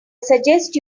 suggest